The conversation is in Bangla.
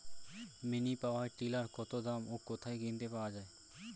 মিনি পাওয়ার টিলার কত দাম ও কোথায় কিনতে পাওয়া যায়?